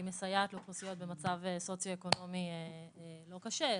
היא מסייעת לאוכלוסיות במצב סוציו-אקונומי לא קשה,